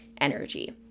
energy